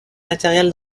matériel